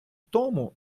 тому